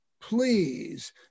please